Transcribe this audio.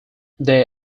they